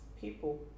people